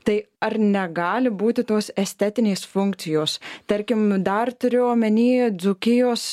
tai ar negali būti tos estetinės funkcijos tarkim dar turiu omeny dzūkijos